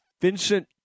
Vincent